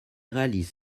réalise